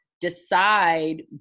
decide